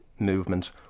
Movement